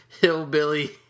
hillbilly